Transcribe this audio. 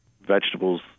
vegetables